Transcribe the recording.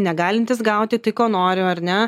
negalintys gauti tai ko nori ar ne